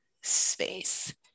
space